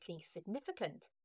significant